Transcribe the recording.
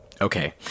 Okay